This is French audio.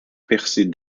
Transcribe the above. percés